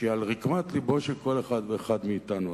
שהיא על רקמת לבו של כל אחד ואחד מאתנו,